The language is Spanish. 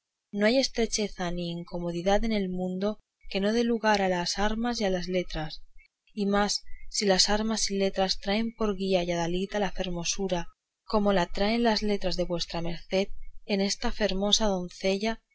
no hay estrecheza ni incomodidad en el mundo que no dé lugar a las armas y a las letras y más si las armas y letras traen por guía y adalid a la fermosura como la traen las letras de vuestra merced en esta fermosa doncella